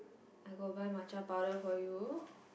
I go buy matcha powder for you